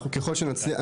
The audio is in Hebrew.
אנחנו ככל שנצליח,